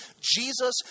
Jesus